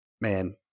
man